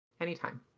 Anytime